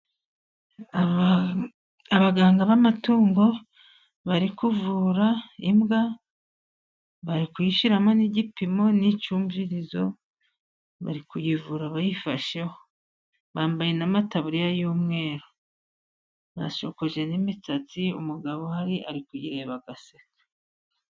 Abaganga b'amatungo bari kuvura imbwa, bari kuyishyiramo n'igipimo n'icyumvirizo, bari kuyivura bayifasheho, bambaye n'amataburiya y'umweru, bashokoje n'imisatsi, umugabo uhari ari kuyireba agaseka.